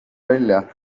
välja